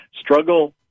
struggle